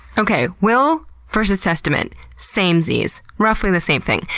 okay. will versus testament. samesies. roughly the same thing.